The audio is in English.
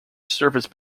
surface